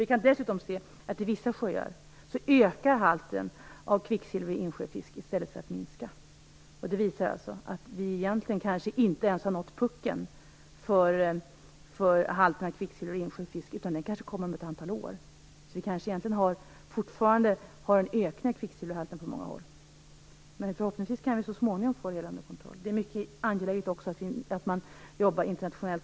Vi kan dessutom se att halten av kvicksilver ökar i vissa insjöfiskar i stället för att minska. Det visar att vi egentligen kanske inte ens har nått puckeln för halten av kvicksilver i insjöfisk utan att den kanske kommer om ett antal år. Vi kanske kommer att ha en ökning av kvicksilverhalten under många år. Men förhoppningsvis kan vi småningom få det hela under kontroll. Det är också mycket angeläget att man jobbar internationellt.